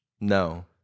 no